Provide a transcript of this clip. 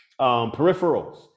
peripherals